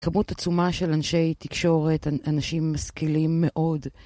כמות עצומה של אנשי תקשורת, אנשים משכילים מאוד.